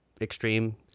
extreme